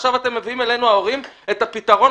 עכשיו אתם מביאים אלינו ההורים את הפתרון,